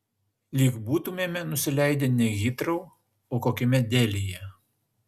lyg būtumėme nusileidę ne hitrou o kokiame delyje